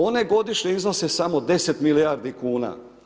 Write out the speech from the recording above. One godišnje iznose samo 10 milijardi kuna.